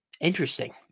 Interesting